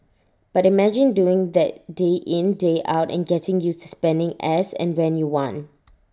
but imagine doing that day in day out and getting used to spending as and when you want